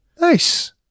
Nice